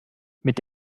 mit